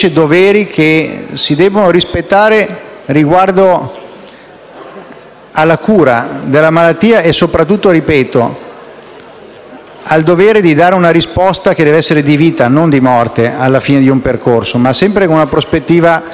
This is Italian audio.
alla cura della malattia e soprattutto al fatto di dare una risposta che deve essere di vita e non di morte alla fine di un percorso, ma sempre con una prospettiva positiva. Si tratta non di decidere